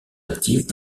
actives